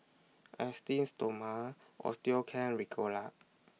Esteem Stoma Osteocare Ricola